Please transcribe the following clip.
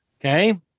Okay